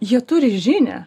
jie turi žinią